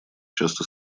часто